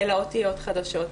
אלא אותיות חדשות.